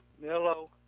Hello